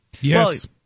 Yes